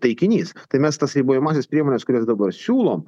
taikinys tai mes tas ribojamąsias priemones kurias dabar siūlom